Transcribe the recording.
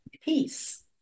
peace